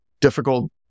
difficult